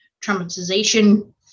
traumatization